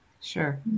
Sure